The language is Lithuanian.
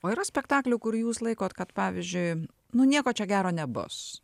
o yra spektaklių kur jūs laikot kad pavyzdžiui nu nieko čia gero nebus